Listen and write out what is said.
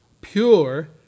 pure